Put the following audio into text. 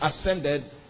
ascended